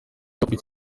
akunzwe